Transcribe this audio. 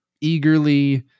eagerly